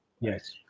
yes